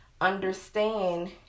Understand